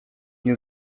nie